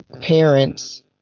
parents